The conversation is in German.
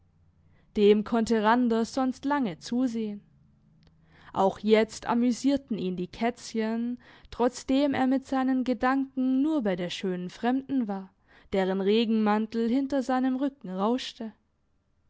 dem konnte randers sonst lange zusehen auch jetzt amüsierten ihn die kätzchen trotzdem er mit seinen gedanken nur bei der schönen fremden war deren regenmantel hinter seinem rücken rauschte